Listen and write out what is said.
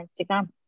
Instagram